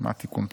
מה התיקון פה?